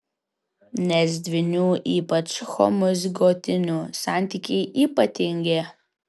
nes dvynių ypač homozigotinių santykiai ypatingi